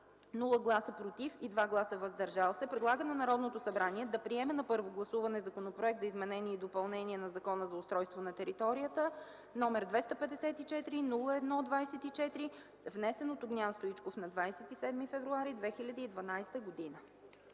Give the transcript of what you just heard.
без „против” и 2 гласа „въздържали се” предлага на Народното събрание да приеме на първо гласуване Законопроект за изменение и допълнение на Закона за устройство на територията, № 254-01-24, внесен от Огнян Стоичков на 27 февруари 2012 г.”